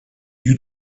you